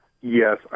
Yes